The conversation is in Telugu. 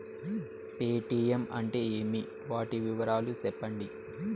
పేటీయం అంటే ఏమి, వాటి వివరాలు సెప్పండి?